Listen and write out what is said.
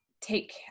take